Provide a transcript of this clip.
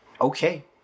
okay